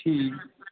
ਠੀਕ